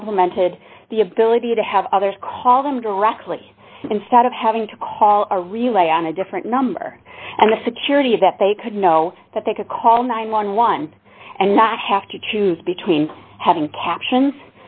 complimented the ability to have others call them directly instead of having to call a relay on a different number and the security that they could know that they could call nine hundred and eleven and not have to choose between having captions